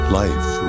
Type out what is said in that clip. life